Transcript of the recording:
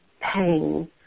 pain